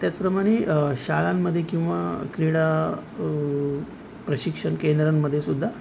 त्याचप्रमाणे शाळांमध्ये किंवा क्रीडा प्रशिक्षण केंद्रांमध्ये सुुद्धा